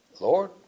Lord